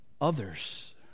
others